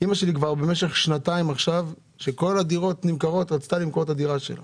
שלי במשך שנתיים מנסה למכור את הדירה שלה